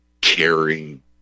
caring